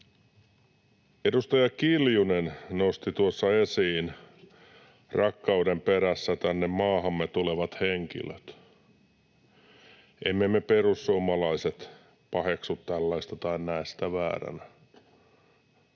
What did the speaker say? Edustaja Kiljunen nosti tuossa esiin rakkauden perässä tänne maahamme tulevat henkilöt. Emme me perussuomalaiset paheksu tällaista tai näe sitä vääränä.